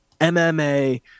MMA